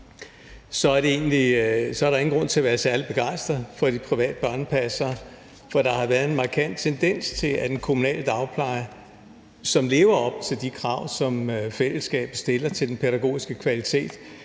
så er der ingen grund til at være særlig begejstret for de private børnepassere, for der har været en markant tendens til, at den kommunale dagpleje, som lever op til de krav, som fællesskabet stiller til den pædagogiske kvalitet,